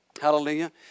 Hallelujah